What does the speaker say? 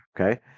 okay